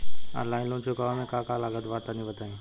Online loan चुकावे म का का लागत बा तनि बताई?